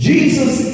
Jesus